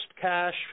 cash